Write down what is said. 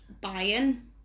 buying